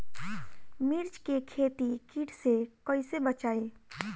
मिर्च के खेती कीट से कइसे बचाई?